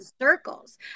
circles